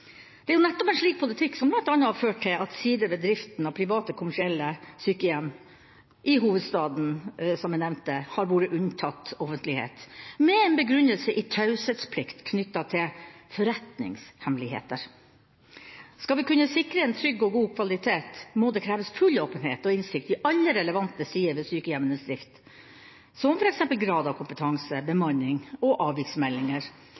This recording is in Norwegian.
Det er jo nettopp en slik politikk som bl.a. har ført til at sider ved driften av private, kommersielle sykehjem i hovedstaden, som jeg nevnte, har vært unntatt offentlighet, med begrunnelse i taushetsplikt knyttet til «forretningshemmeligheter». Skal vi kunne sikre en trygg og god kvalitet, må det kreves full åpenhet og innsikt i alle relevante sider ved sykehjemmenes drift, som f.eks. grad av kompetanse, bemanning og avviksmeldinger